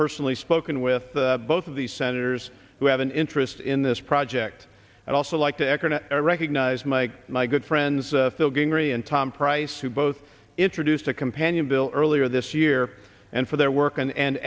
personally spoken with both of the senators who have an interest in this project and also like the echo to recognize mike my good friends phil gingrey and tom price who both introduced a companion bill earlier this year and for their work and